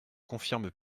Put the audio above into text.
confirme